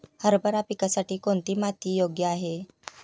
हरभरा पिकासाठी कोणती माती योग्य आहे?